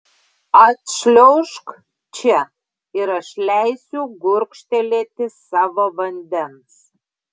atšliaužk čia ir aš leisiu gurkštelėti savo vandens